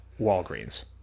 Walgreens